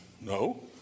no